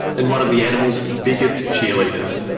and one of the animal's biggest cheerleaders.